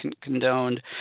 condoned